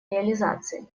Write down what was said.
реализации